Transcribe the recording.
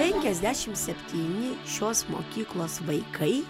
penkiasdešim septyni šios mokyklos vaikai